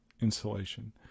insulation